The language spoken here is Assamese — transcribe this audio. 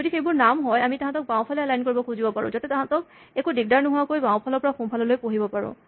যদি সেইবোৰ নাম হয় আমি তাহাঁতক বাওঁফালে এলাইন কৰিবলৈ খুজিব পাৰোঁ যাতে আমি তাহাঁতক একো দিগদাৰ নোহোৱাকৈ বাঁওফালৰ পৰা সোঁফাললৈ পঢ়িব পাৰো